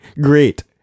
Great